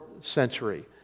century